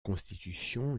constitution